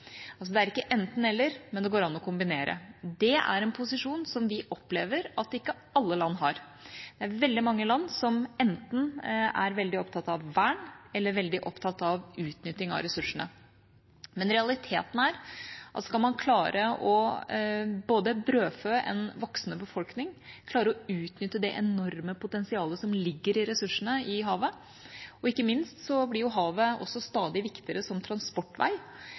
Det er ikke enten–eller, det går an å kombinere. Det er en posisjon som vi opplever at ikke alle land har. Det er veldig mange land som enten er veldig opptatt av vern eller veldig opptatt av utnytting av ressursene. Realiteten er at skal man klare å brødfø en voksende befolkning, klare å utnytte det enorme potensialet som ligger i ressursene i havet – ikke minst blir havet stadig viktigere som transportvei